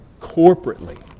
corporately